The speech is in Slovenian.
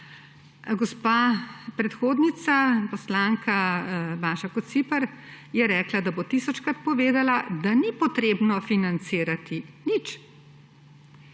Gospa predhodnica, poslanka Maša Kociper, je rekla, da bo tisočkrat povedala, da ni potrebno financirati ničesar.